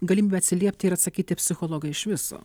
galimybę atsiliepti ir atsakyti psichologai iš viso